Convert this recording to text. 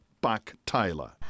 Buck-Taylor